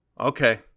okay